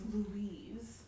Louise